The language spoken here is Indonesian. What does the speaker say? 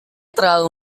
terlalu